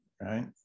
right